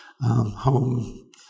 home